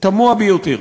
תמוה ביותר.